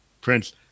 Prince